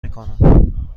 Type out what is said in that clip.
میکنند